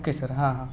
okay sir हां हां